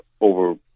over